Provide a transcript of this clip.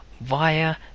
via